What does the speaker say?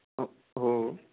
हो